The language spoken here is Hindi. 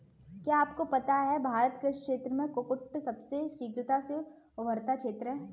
क्या आपको पता है भारत कृषि क्षेत्र में कुक्कुट सबसे शीघ्रता से उभरता क्षेत्र है?